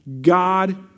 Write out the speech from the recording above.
God